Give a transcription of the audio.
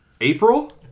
April